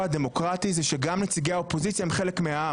הדמוקרטי הוא שגם נציגי האופוזיציה הם חלק מהעם